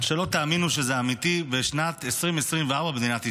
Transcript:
לא תאמינו שזה אמיתי בשנת 2024 במדינת ישראל.